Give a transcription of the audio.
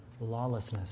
Lawlessness